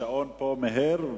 השעון פה מיהר.